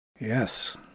Yes